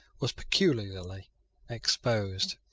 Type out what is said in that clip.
was peculiarly exposed.